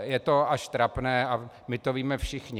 Je to až trapné a my to víme všichni.